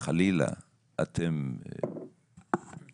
אם חלילה הם נפטרים